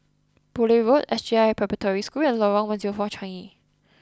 Poole Road S J I Preparatory School and Lorong one zero four Changi